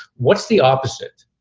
what's the opposite?